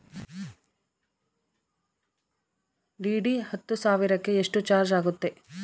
DD ಹತ್ತು ಸಾವಿರಕ್ಕೆ ಎಷ್ಟು ಚಾಜ್೯ ಆಗತ್ತೆ?